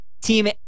Team